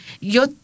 Yo